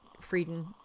Frieden